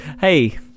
Hey